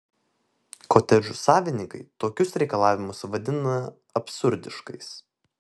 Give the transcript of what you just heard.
kotedžų savininkai tokius reikalavimus vadina absurdiškais